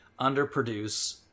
underproduce